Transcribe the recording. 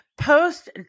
post